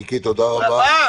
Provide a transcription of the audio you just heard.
מיקי, תודה רבה.